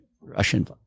Russian